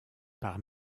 par